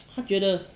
他觉得